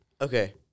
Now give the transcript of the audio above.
Okay